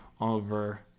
over